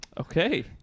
Okay